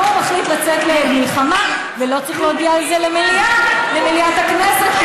והוא מחליט לצאת למלחמה ולא צריך להודיע על זה למליאת הכנסת,